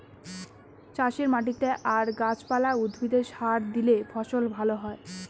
চাষের মাটিতে আর গাছ পালা, উদ্ভিদে সার দিলে ফসল ভালো হয়